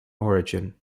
origin